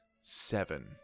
seven